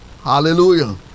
Hallelujah